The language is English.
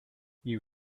you